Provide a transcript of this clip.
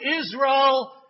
Israel